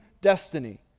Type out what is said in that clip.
destiny